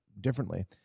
differently